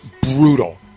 brutal